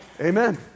Amen